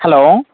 hello